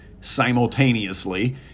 simultaneously